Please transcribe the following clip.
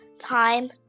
Time